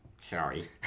Sorry